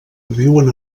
viuen